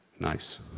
nice.